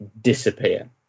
disappear